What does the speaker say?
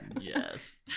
Yes